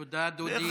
תודה, דודי.